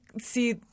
see –